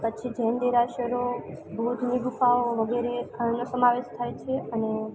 પછી જૈન દેરાસરો ભૂતની ગુફાઓ વગેરે આનો સમાવેશ થાય છે અને